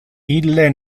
ille